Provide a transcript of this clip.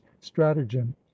stratagem